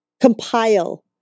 compile